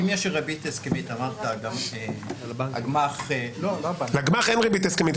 אם יש ריבית הסכמית --- לגמ"ח אין ריבית הסכמית.